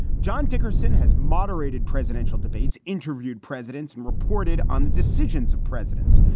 john dickerson has moderated presidential debates, interviewed presidents and reported on the decisions of presidents.